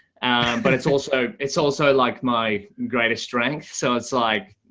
but it's also it's also like my greatest strength. so it's like,